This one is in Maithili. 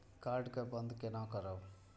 कार्ड के बन्द केना करब?